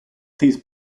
these